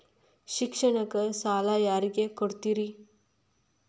ಶಿಕ್ಷಣಕ್ಕ ಸಾಲ ಯಾರಿಗೆ ಕೊಡ್ತೇರಿ?